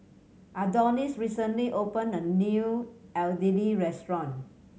Adonis recently opened a new Idili restaurant